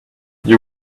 you